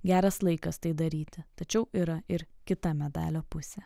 geras laikas tai daryti tačiau yra ir kita medalio pusė